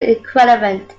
equivalent